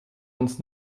uns